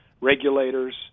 regulators